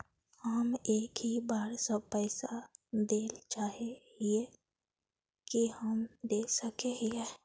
हम एक ही बार सब पैसा देल चाहे हिये की हम दे सके हीये?